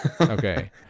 Okay